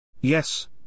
Yes